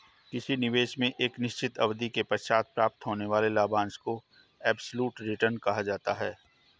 किसी निवेश में एक निश्चित अवधि के पश्चात प्राप्त होने वाले लाभांश को एब्सलूट रिटर्न कहा जा सकता है